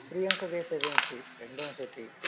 Priyanka gas agency Hindaun city